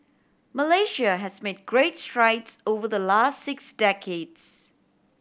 Malaysia has made great strides over the last six decades